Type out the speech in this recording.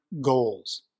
goals